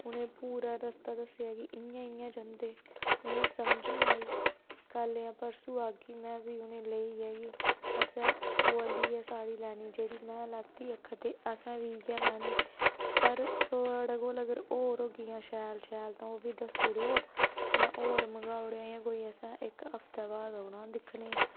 उनेंई पूरा रस्ता दस्सेआ कि इ'यां इ'यां जंदे उनेंई समझ नी आई कल जां परसूं आह्गी में फ्ही उनें गी लेइयै गी असें ओह् आह्ली गै साड़ी लैनी जेह्ड़ी में लैती आखा दे असें बी इ'यै लैनी पर थोआढ़े कोल अगर होर होंगिया शैल शैल तां ओह् बी दस्सुड़ेओ जां होर मंगाउड़ेओ जां कोई असें इक हफ्ते बाद औना दिक्खने